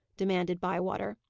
demanded bywater.